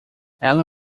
ela